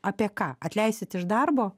apie ką atleisit iš darbo